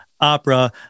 opera